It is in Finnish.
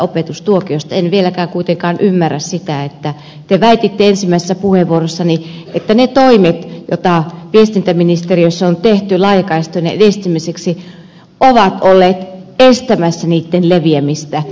en vieläkään kuitenkaan ymmärrä sitä että te väititte ensimmäisessä puheenvuorossanne että ne toimet joita viestintäministeriössä on tehty laajakaistojen edistämiseksi ovat olleet estämässä niitten leviä mistä